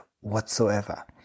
whatsoever